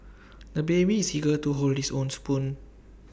the baby is eager to hold his own spoon